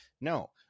No